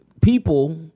people